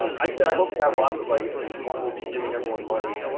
um actually, i hope to have lots of legacy. one will be giving everyone money.